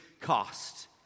cost